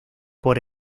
por